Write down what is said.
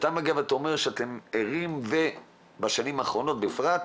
כשאתה אומר שאתם ערים ובשנים האחרונות בפרט,